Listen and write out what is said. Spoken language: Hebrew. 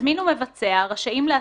מזמין ומבצע רשאים להסכים,